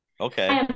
okay